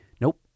Nope